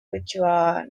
quechua